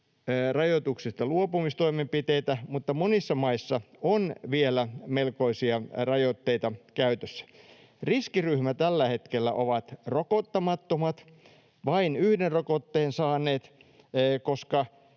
rajoituksista luopumiseksi toimenpiteitä, mutta monissa maissa on vielä melkoisia rajoitteita käytössä. Riskiryhmässä tällä hetkellä ovat rokottamattomat ja vain yhden rokotteen saaneet, koska